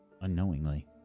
Unknowingly